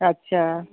अच्छा